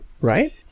Right